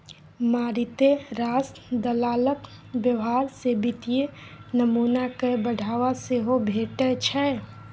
मारिते रास दलालक व्यवहार सँ वित्तीय नमूना कए बढ़ावा सेहो भेटै छै